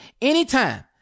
anytime